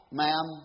ma'am